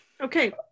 Okay